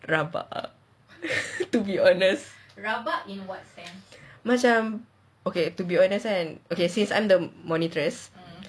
rabak ah to be honest okay to be honest and okay since I'm the monitress